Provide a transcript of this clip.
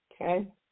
Okay